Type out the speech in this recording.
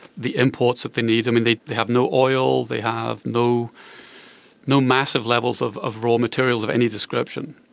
the imports that they need. and they have no oil, they have no no massive levels of of raw materials of any description.